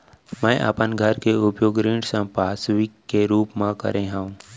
मै अपन घर के उपयोग ऋण संपार्श्विक के रूप मा करे हव